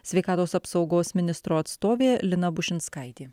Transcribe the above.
sveikatos apsaugos ministro atstovė lina bušinskaitė